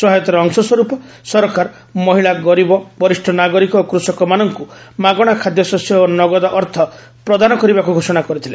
ସହାୟତାର ଅଂଶସ୍ୱରୂପ ସରକାର ମହିଳା ଗରିବ ବରିଷ୍ଣ ନାଗରିକ ଓ କୃଷକମାନଙ୍କୁ ମାଗଣା ଖାଦ୍ୟଶସ୍ୟ ଓ ନଗଦ ଅର୍ଥ ପ୍ରଦାନ କରିବାକୁ ଘୋଷଣା କରିଥିଲେ